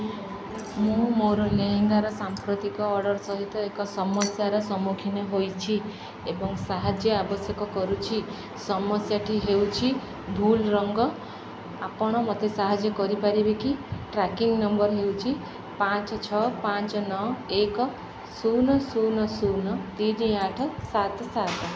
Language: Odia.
ମୁଁ ମୋର ଲେହେଙ୍ଗାର ସାମ୍ପ୍ରତିକ ଅର୍ଡ଼ର୍ ସହିତ ଏକ ସମସ୍ୟାର ସମ୍ମୁଖୀନ ହୋଇଛି ଏବଂ ସାହାଯ୍ୟ ଆବଶ୍ୟକ କରୁଛି ସମସ୍ୟାଟି ହେଉଛି ଭୁଲ ରଙ୍ଗ ଆପଣ ମୋତେ ସାହାଯ୍ୟ କରିପାରିବେ କି ଟ୍ରାକିଙ୍ଗ ନମ୍ବର ହେଉଛି ପାଞ୍ଚ ଛଅ ପାଞ୍ଚ ନଅ ଏକ ଶୂନ ଶୂନ ଶୂନ ତିନି ଆଠ ସାତ ସାତ